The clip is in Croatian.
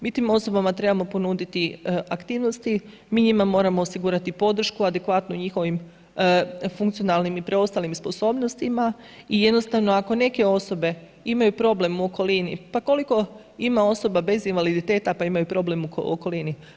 Mi tim osobama trebamo ponuditi aktivnosti, mi njima moramo osigurati podršku adekvatnu njihovim funkcionalnim i preostalim sposobnostima i jednostavno ako neke osobe imaju problem u okolini, pa koliko ima osoba bez invaliditeta pa imaju problem u okolini?